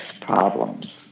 problems